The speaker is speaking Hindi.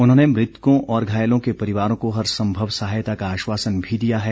उन्होंने मृतकों और घायलों के परिवारों को हर संभव सहायता का आश्वासन भी दिया है